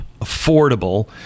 affordable